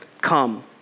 Come